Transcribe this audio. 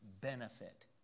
benefit